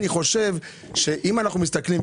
אני חושב שאם אנחנו מסתכלים,